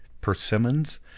persimmons